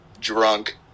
drunk